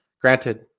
Granted